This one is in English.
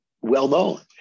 well-known